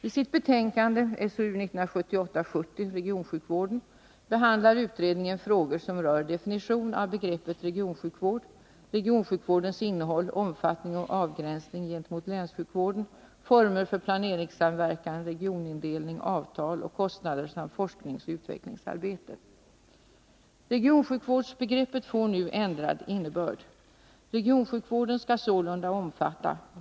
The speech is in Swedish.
I sitt betänkande SOU 1978:70 Regionsjukvården behandlar utredningen frågor som rör definitioner av begreppet regionsjukvård, regionsjukvårdens innehåll, omfattning och avgränsning gentemot länssjukvården, former för planeringssamverkan, regionindelning, avtal och kostnader samt forskningsoch utvecklingsarbete. Regionsjukvårdsbegreppet får nu en ändrad innebörd.